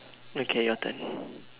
okay your turn